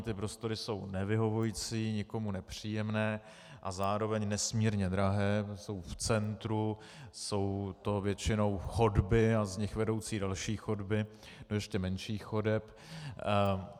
Ty prostory jsou nevyhovující, někomu nepříjemné a zároveň nesmírně drahé, protože jsou v centru, jsou to většinou chodby a z nich vedoucí další chodby do ještě menších chodeb.